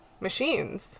machines